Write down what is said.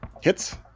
Hits